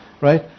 Right